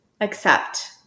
accept